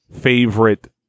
favorite